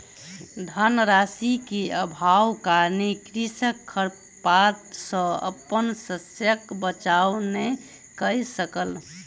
धन राशि के अभावक कारणेँ कृषक खरपात सॅ अपन शस्यक बचाव नै कय सकल